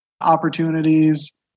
opportunities